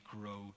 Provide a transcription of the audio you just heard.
grow